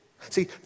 See